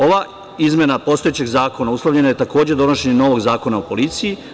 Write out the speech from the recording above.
Ova izmena postojećeg zakona uslovljena je takođe donošenjem novog Zakona o policiji.